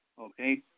Okay